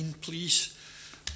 please